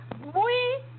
Muy